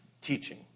teaching